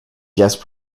guest